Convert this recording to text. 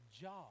job